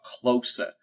closer